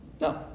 No